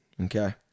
Okay